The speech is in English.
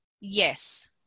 yes